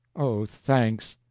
oh, thanks!